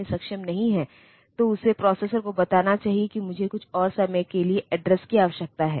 तो उस तरह से मानों को सीधे उस किट के प्रोसेसर के रैम में अपलोड किया जा सकता है